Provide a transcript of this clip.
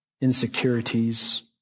insecurities